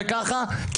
למה?